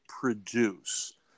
produce